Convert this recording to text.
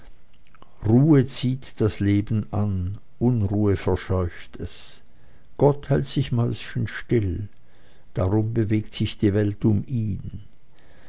ruhe zieht das leben an unruhe ruhe verscheucht es gott hält sich mäuschenstill darum bewegt sich die welt um ihn